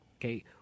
Okay